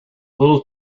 little